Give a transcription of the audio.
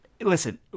listen